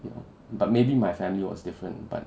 you know but maybe my family was different but